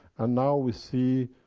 and now we see,